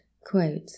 quote